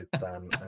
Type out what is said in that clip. Dan